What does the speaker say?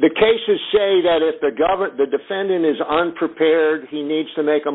the cases say that if the government the defendant is unprepared he needs to make a